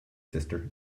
sister